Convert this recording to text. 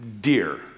dear